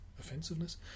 Offensiveness